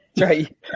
Right